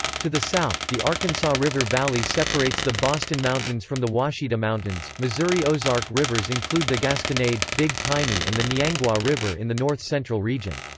to the south, the arkansas river valley separates the boston mountains from the ouachita mountains missouri ozark rivers include the gasconade, big piney and the niangua river in the north central region.